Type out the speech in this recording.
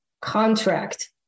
contract